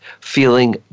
feeling